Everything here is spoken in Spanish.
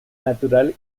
natural